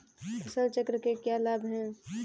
फसल चक्र के क्या लाभ हैं?